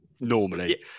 normally